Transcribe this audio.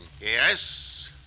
Yes